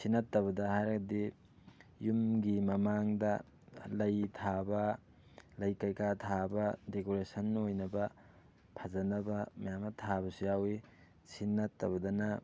ꯁꯤ ꯅꯠꯇꯕꯗ ꯍꯥꯏꯔꯗꯤ ꯌꯨꯝꯒꯤ ꯃꯃꯥꯡꯗ ꯂꯩ ꯊꯥꯕ ꯂꯩ ꯀꯩꯀꯥ ꯊꯥꯕ ꯗꯦꯀꯣꯔꯦꯁꯟ ꯑꯣꯏꯅꯕ ꯐꯖꯅꯕ ꯃꯌꯥꯝ ꯑꯃ ꯊꯥꯕꯁꯨ ꯌꯥꯎꯋꯤ ꯁꯤ ꯅꯠꯇꯕꯗꯅ